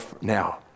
now